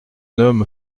homme